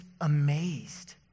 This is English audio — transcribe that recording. amazed